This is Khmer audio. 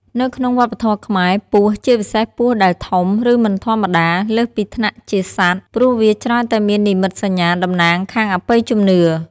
នៅក្នុងវប្បធម៌ខ្មែរ ពស់ ជាពិសេសពស់ដែលធំ ឬមិនធម្មតា លើសពីថ្នាក់ជាសត្វ ព្រោះវាច្រើនតែមាននិមិត្តសញ្ញាតំណាងខាងអបិយជំនឿ។